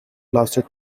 lasted